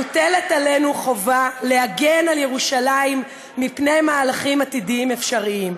מוטלת עלינו החובה להגן על ירושלים מפני מהלכים עתידיים אפשריים.